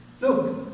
Look